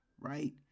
right